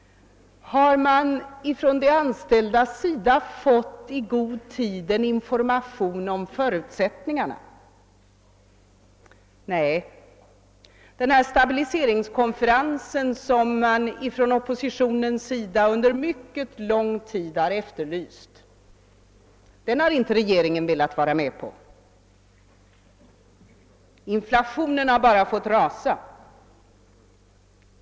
Har de anställda i god tid fått information om förutsättningarna? Nej! Den stabiliseringskonferens som oppositionen under mycket lång tid har efterlyst har inte regeringen velat vara med om. Inflationen har bara fått rasa.